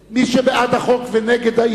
כלליות) (תיקון מס' 6). מי שבעד החוק ונגד האי-אמון,